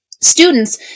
students